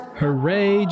Hooray